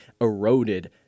eroded